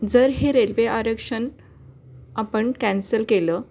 जर हे रेल्वे आरक्षण आपण कॅन्सल केलं